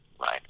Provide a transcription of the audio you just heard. right